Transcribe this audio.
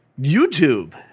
YouTube